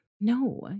No